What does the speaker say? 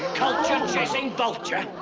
culture-chasing vulture!